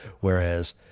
whereas